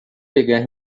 pegar